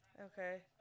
okay